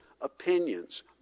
opinions